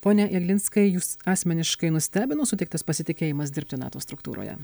pone jeglinskai jus asmeniškai nustebino suteiktas pasitikėjimas dirbti nato struktūroje